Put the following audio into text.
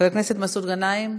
חבר הכנסת מסעוד גנאים,